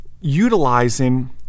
utilizing